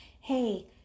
Hey